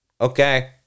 okay